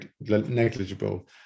negligible